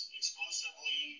exclusively